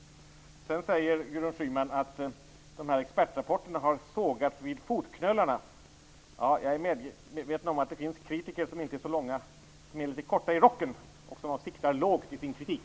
Gudrun Schyman sade att expertrapporterna har sågats jäms med fotknölarna. Jag är medveten om att det finns kritiker som är litet korta i rocken och som siktar lågt i sin kritik.